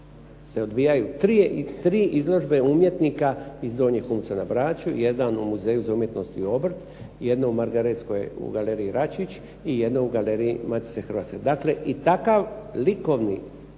se odvijaju tri izložbe umjetnika iz Donjeg Humca na Braču. Jedan u Muzeju za umjetnost i obrt, jedna u Margaretskoj u galeriji Račić i jedna u galeriji Matice Hrvatske. Dakle, i takav likovni,